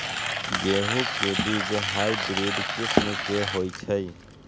गेंहू के बीज हाइब्रिड किस्म के होई छई?